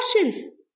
questions